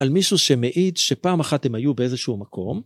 על מישהו שמעיד שפעם אחת הם היו באיזשהו מקום...